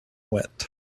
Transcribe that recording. wet